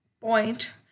point